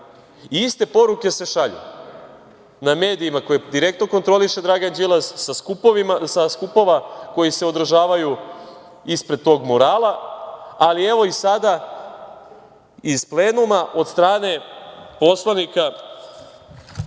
iste poruke se šalju na medijima koje direktno kontroliše Dragan Đilas, sa skupova koji se održavaju ispred tog murala, ali evo i sada iz plenuma od strane poslanika